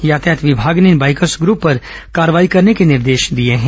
यातायात विभाग ने इस बाइकर्स ग्रूप पर कार्रवाई करने के निर्देश दिए हैं